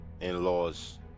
in-laws